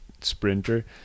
sprinter